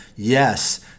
Yes